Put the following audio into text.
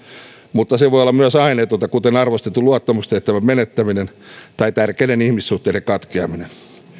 mutta se voi olla myös aineetonta kuten arvostetun luottamustehtävän menettäminen tai tärkeiden ihmissuhteiden katkeaminen